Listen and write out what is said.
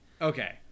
okay